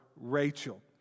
Rachel